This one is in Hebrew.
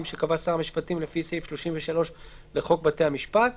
שקבע שר המשפטים לפי סעיף 33 לחוק בתי המשפט ,